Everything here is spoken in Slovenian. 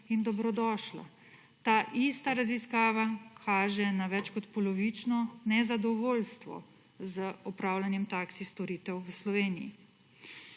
in dobrodošla. Ta ista raziskava kaže na več kot polovično nezadovoljstvo z opravljanjem taksi storitev v Sloveniji.